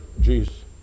Jesus